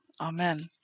Amen